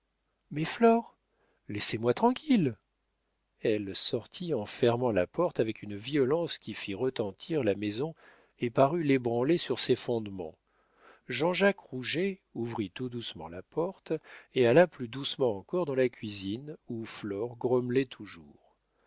mais flore laissez-moi tranquille elle sortit en fermant la porte avec une violence qui fit retentir la maison et parut l'ébranler sur ses fondements jean-jacques rouget ouvrit tout doucement la porte et alla plus doucement encore dans la cuisine où flore grommelait toujours